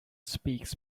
speaks